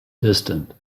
distant